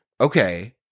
okay